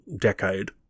decade